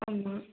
ஆமாம்